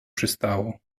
przystało